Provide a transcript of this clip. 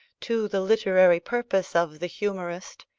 to the literary purpose of the humourist,